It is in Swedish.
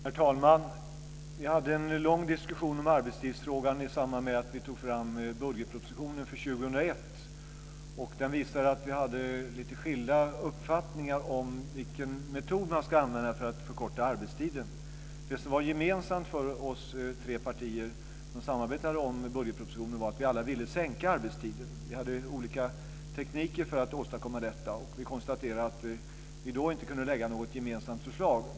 Herr talman! Vi hade en lång diskussion om arbetstidsfrågan i samband med att vi tog fram budgetpropositionen för 2001. Den visade att vi hade lite skilda uppfattningar om vilken metod man ska använda för att förkorta arbetstiden. Det gemensamma för oss tre partier som samarbetade om budgetpropositionen var att vi alla ville sänka arbetstiden. Vi hade olika tekniker för att åstadkomma detta, och vi konstaterade att vi då inte kunde lägga fram något gemensamt förslag.